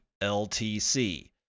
LTC